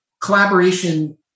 collaboration